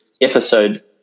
episode